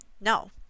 No